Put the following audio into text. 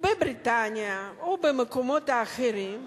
בבריטניה או במקומות אחרים,